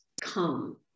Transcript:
come